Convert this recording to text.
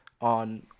on